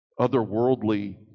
otherworldly